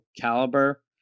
caliber